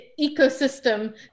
ecosystem